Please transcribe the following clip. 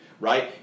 right